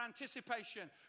anticipation